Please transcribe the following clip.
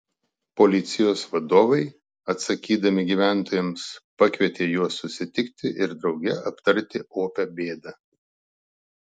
policijos vadovai atsakydami gyventojams pakvietė juos susitikti ir drauge aptarti opią bėdą